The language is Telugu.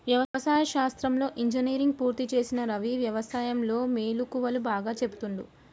వ్యవసాయ శాస్త్రంలో ఇంజనీర్ పూర్తి చేసిన రవి వ్యసాయం లో మెళుకువలు బాగా చెపుతుండు